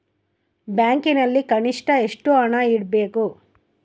ಬ್ಯಾಂಕಿನಲ್ಲಿ ಕನಿಷ್ಟ ಎಷ್ಟು ಹಣ ಇಡಬೇಕು?